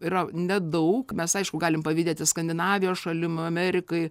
yra nedaug mes aišku galim pavydėti skandinavijos šalim amerikai